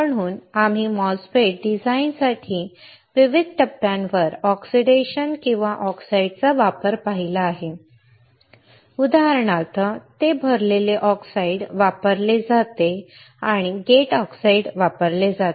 म्हणून आणि आम्ही MOSFET डिझाइनसाठी विविध टप्प्यांवर ऑक्सिडेशन किंवा ऑक्साइडचा वापर पाहिला आहे उदाहरणार्थ ते भरलेले ऑक्साईड वापरले जाते आणि गेट ऑक्साईड वापरले जाते